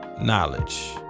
knowledge